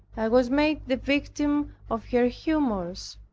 was made the victim of her humors.